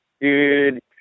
dude